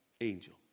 angel